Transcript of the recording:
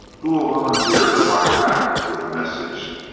who will volunteer to ride back with the message?